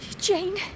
Jane